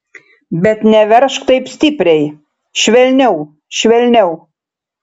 bet neveržk taip stipriai švelniau švelniau